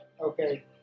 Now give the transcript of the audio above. Okay